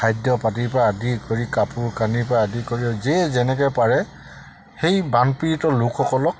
খাদ্য পাতিৰ পৰা আদি কৰি কাপোৰ কানিৰ পৰা আদি কৰি আৰু যিয়ে যেনেকা পাৰে সেই বানপীড়িত লোকসকলক